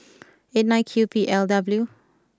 eight nine Q P L W